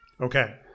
Okay